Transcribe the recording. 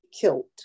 killed